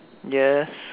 yes